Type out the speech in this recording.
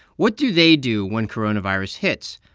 what do they do when coronavirus hits?